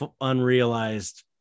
unrealized